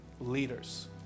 Leaders